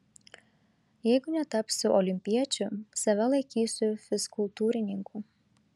jeigu netapsiu olimpiečiu save laikysiu fizkultūrininku